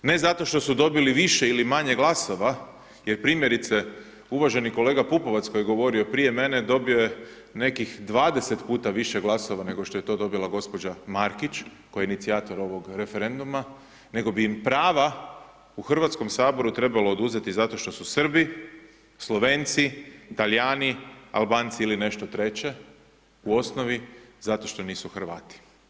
Ne zato što su dobili više ili manje glasova jer primjerice, uvaženi kolega Pupovac, koji je govorio prije mene dobio je nekih 20 puta više glasova nego što je to dobila g. Markić, koja je inicijator ovog referenduma, nego bi im prava u HS-u trebalo oduzeti zato što su Srbi, Slovenci, Talijani, Albanci ili nešto treće u osnovi zato što nisu Hrvati.